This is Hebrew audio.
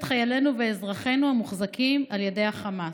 חיילינו ואזרחינו המוחזקים על ידי החמאס.